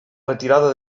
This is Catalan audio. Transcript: retirada